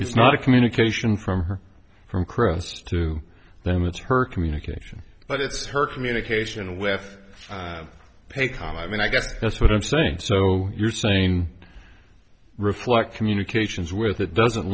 it's not a communication from her from chris to them it's her communication but it's her communication with pay com i mean i guess that's what i'm saying so you're saying reflect communications with it doesn't